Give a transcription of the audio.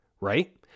right